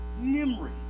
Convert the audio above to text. memory